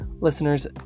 Listeners